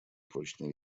прочной